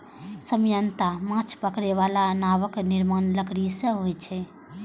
सामान्यतः माछ पकड़ै बला नावक निर्माण लकड़ी सं होइ छै